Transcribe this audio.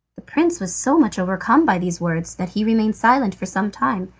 the prince was so much overcome by these words that he remained silent for some time.